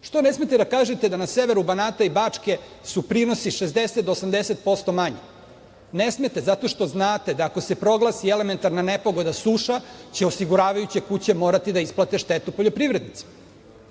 Zašto ne smete da kažete da na severu Banata i Bačke su prinosi 60 do 80% manji? Ne smete, zato što znate da ako se proglasi elementarna nepogoda, suša, onda će osiguravajuće kuće morati da isplate štetu poljoprivrednicima.